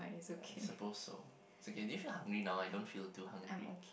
I suppose so is okay do you feel hungry now I don't feel too hungry